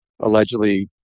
allegedly